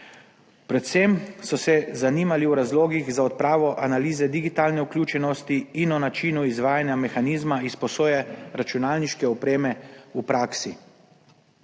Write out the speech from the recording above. Predvsem so se zanimali o razlogih za odpravo analize digitalne vključenosti in o načinu izvajanja mehanizma izposoje računalniške opreme v praksi.